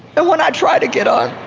and when i try to get up,